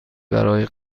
برای